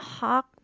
Hawk